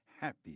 happy